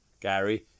Gary